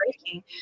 breaking